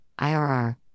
IRR